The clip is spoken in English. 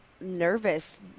nervous